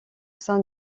sein